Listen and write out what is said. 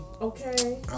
okay